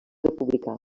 republicà